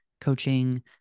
coaching